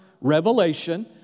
revelation